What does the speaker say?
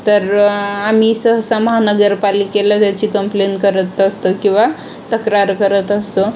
तर आम्ही सहसा महानगर पालिकेला त्याची कंप्लेन करत असतो किंवा तक्रार करत असतो